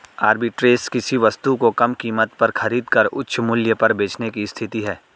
arbitrage किसी वस्तु को कम कीमत पर खरीद कर उच्च मूल्य पर बेचने की स्थिति है